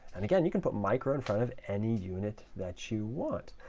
and again, you can put micro in front of any unit that you want,